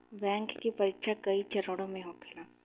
bank के परीक्षा कई चरणों में होखेला